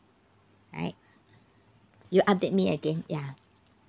right you update me again ya